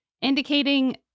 indicating